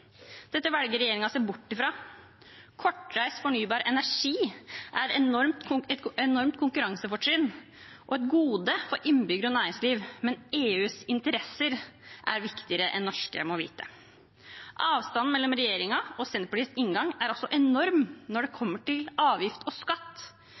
Dette velger regjeringen å se bort fra. Kortreist, fornybar energi er et enormt konkurransefortrinn og et gode for innbyggere og næringsliv, men EUs interesser er viktigere enn norske, må vite. Avstanden mellom regjeringens og Senterpartiets inngang er altså enorm når det